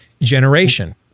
generation